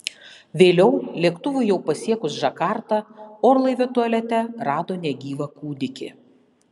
vėliau lėktuvui jau pasiekus džakartą orlaivio tualete rado negyvą kūdikį